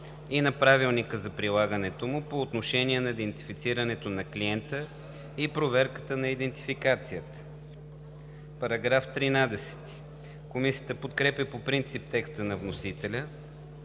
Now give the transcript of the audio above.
и на правилника за прилагането му по отношение на идентифицирането на клиента и проверката на идентификацията.“ Комисията подкрепя по принцип текста на вносителя